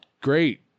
great